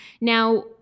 Now